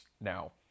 Now